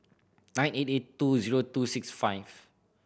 nine eight eight two zero two six five